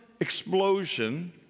explosion